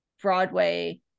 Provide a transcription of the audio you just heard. Broadway